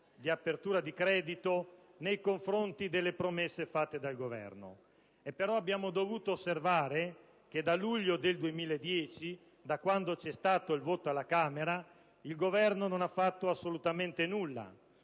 di apertura di credito nei confronti delle promesse fatte dal Governo. Però abbiamo dovuto osservare che dal luglio del 2010 (da quando c'è stato il voto alla Camera) il Governo non ha fatto assolutamente nulla: